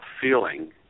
feeling